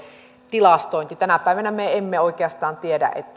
tilastoinnin tänä päivänä me emme oikeastaan tiedä